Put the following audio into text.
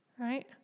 Right